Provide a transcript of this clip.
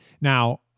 Now